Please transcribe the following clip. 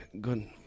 good